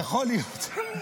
יכול להיות.